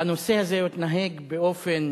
בנושא הזה הוא התנהג באופן